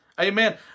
Amen